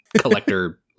collector